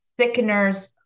thickeners